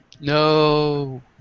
No